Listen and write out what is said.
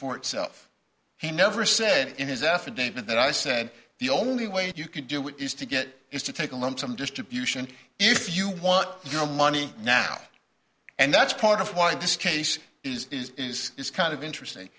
for itself he never said in his affidavit that i said the only way you can do it is to get is to take a lump sum distribution if you want your money now and that's part of why this case is is is is kind of interesting